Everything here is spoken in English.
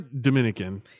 Dominican